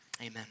amen